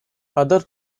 other